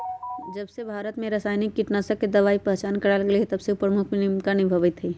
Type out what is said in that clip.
जबसे भारत में रसायनिक कीटनाशक दवाई के पहचान करावल गएल है तबसे उ प्रमुख भूमिका निभाई थई